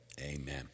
Amen